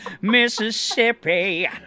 Mississippi